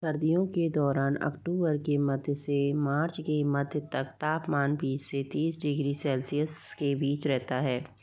सर्दियों के दौरान अक्टूबर के मध्य से मार्च के मध्य तक तापमान बीस से तीस डिग्री सेल्सियस के बीच रहता है